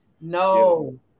No